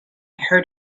heard